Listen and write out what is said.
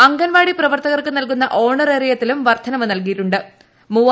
അംഗൻവാടി പ്രവർത്തകർക്കു നല്കുന്ന ഓണറേറിയത്തിലും വർദ്ധനവ് നല്കിയിട്ടു ്